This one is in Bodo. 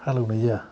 हालेवनाय जाया